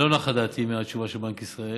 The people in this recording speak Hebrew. לא נחה דעתי מהתשובה של בנק ישראל.